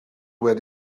wedi